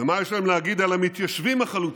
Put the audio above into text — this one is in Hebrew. ומה יש להם להגיד על המתיישבים החלוצים